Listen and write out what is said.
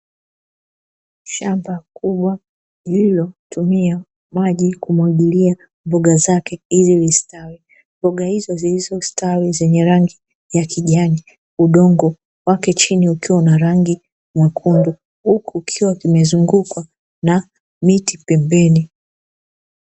Shamba kubwa lililotumia maji kumwagilia mboga zake ili zistawi. Mboga hizo zilizostawi zenye rangi ya kijani udongo wake chini ukiwa una rangi nyekundu, huku kukiwa kumezungukwa na miti pembeni.